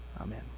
Amen